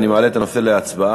אני מעלה את הנושא להצבעה,